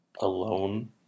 Alone